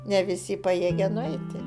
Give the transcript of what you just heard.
ne visi pajėgia nueiti